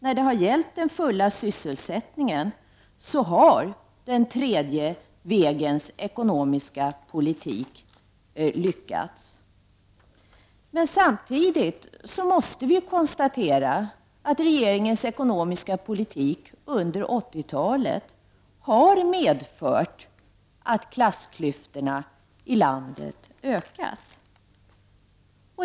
När det gäller den fulla sysselsättningen har den tredje vägens ekonomiska politik lyckats. Men samtidigt måste vi konstatera att regeringens ekonomiska politik under 80-talet har medfört att klassklyftorna i landet ökat.